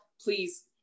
please